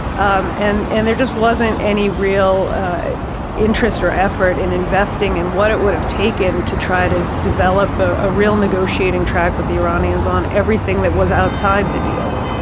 um and and there just wasn't any real interest or effort in investing in what it would have taken to try to develop a real negotiating track with the iranians on everything that was outside the deal